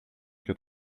cent